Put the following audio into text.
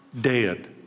dead